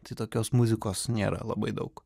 tai tokios muzikos nėra labai daug